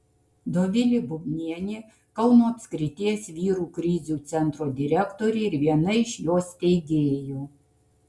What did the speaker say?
dovilė bubnienė kauno apskrities vyrų krizių centro direktorė ir viena iš jo steigėjų